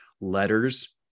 letters